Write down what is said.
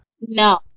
No